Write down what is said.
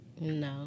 No